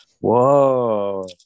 whoa